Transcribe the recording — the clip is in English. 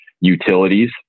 utilities